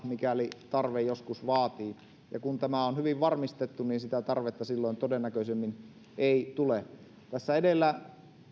mikäli tarve joskus vaatii ja kun tämä on hyvin varmistettu niin sitä tarvetta silloin todennäköisemmin ei tule tässä edellä